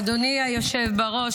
אדוני היושב בראש,